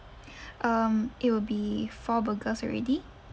um it will be four burgers already